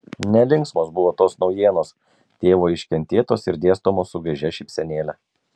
nelinksmos buvo tos naujienos tėvo iškentėtos ir dėstomos su gaižia šypsenėle